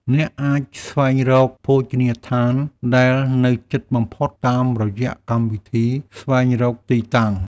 អ្នកអាចស្វែងរកភោជនីយដ្ឋានដែលនៅជិតបំផុត តាមរយៈកម្មវិធីស្វែងរកទីតាំង។